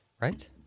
Right